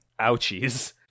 Ouchies